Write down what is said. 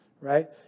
right